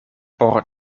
por